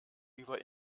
über